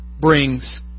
brings